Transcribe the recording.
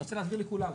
אני רוצה להסביר לכולם,